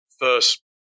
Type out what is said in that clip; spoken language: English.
first